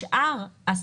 עוד יותר חמור.